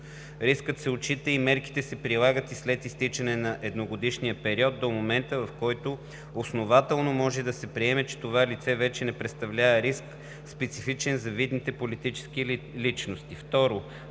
Рискът се отчита и мерките се прилагат и след изтичане на едногодишния период до момента, в който основателно може да се приеме, че това лице вече не представлява риск, специфичен за видните политически личности.“